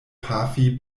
pafi